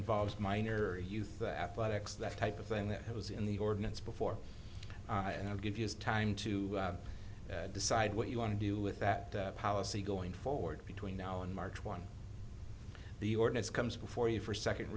involves minor youth the athletics that type of thing that it was in the ordinance before and i'll give you time to decide what you want to do with that policy going forward between now and march one the ordinance comes before you for second